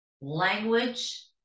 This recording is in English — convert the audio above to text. language